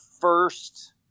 first